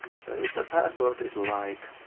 so if the password is like,